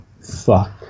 fuck